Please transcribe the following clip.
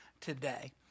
today